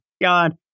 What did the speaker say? god